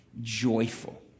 joyful